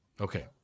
Okay